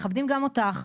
מכבדים גם אותך,